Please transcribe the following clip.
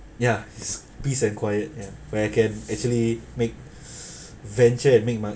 ya it's peace and quiet ya where I can actually make venture and make my